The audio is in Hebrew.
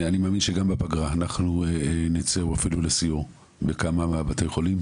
אני מאמין שגם בפגרה נצא לסיור בכמה בתי חולים.